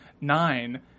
nine